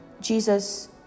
Jesus